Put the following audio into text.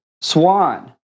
swan